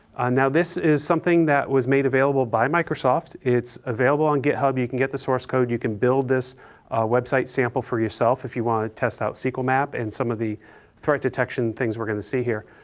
now this is something that was made available by microsoft, it's available on github, you can get the source code, you can build this website sample for yourself if you want to test out sqlmap and some of the threat detection things we're going to see here.